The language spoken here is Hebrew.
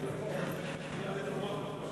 (שותקת) מרצ כבר עוברת את אחוז